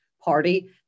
party